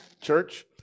Church